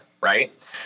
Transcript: right